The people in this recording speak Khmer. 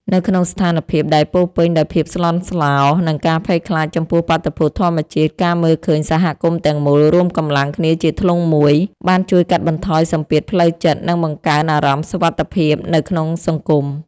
នៅក្នុងស្ថានភាពដែលពោរពេញដោយភាពស្លន់ស្លោ និងការភ័យខ្លាចចំពោះបាតុភូតធម្មជាតិ ការមើលឃើញសហគមន៍ទាំងមូលរួមកម្លាំងគ្នាជាធ្លុងមួយ បានជួយកាត់បន្ថយសម្ពាធផ្លូវចិត្ត និងបង្កើនអារម្មណ៍សុវត្ថិភាពនៅក្នុងសង្គម។